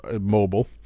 Mobile